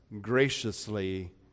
graciously